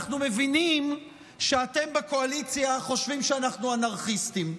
אנחנו מבינים שאתם בקואליציה חושבים שאנחנו אנרכיסטים,